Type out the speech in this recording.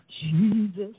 Jesus